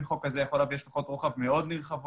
חוק כזה יכול להביא להשלכות רוחב מאוד נרחבות